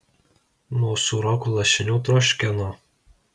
nuo sūrokų lašinių troškino